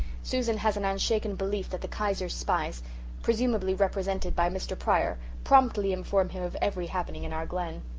susan has an unshaken belief that the kaiser's spies presumably represented by mr. pryor promptly inform him of every happening in our glen.